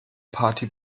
party